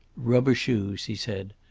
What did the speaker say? rubber shoes, he said,